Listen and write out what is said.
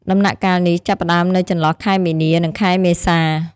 ដំណាក់កាលនេះចាប់ផ្ដើមនៅចន្លោះខែមីនា និងខែមេសា។